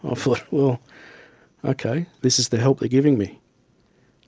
ah thought, well okay, this is the help they're giving me,